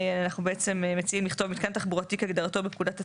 אנחנו בעצם מציעים לכתוב "מתקן תחבורתי כהגדרתו בפקודת התעבורה,